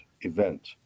event